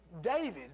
David